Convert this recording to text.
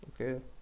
okay